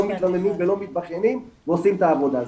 מתלוננים ולא מתבכיינים ועושים את העבודה,